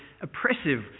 oppressive